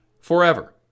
forever